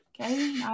okay